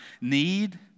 need